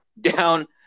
down